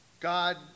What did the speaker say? God